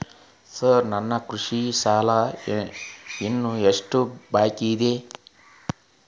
Sir ನನ್ನ ಕೃಷಿ ಸಾಲ ಇನ್ನು ಎಷ್ಟು ಬಾಕಿಯಿದೆ?